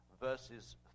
verses